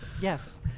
yes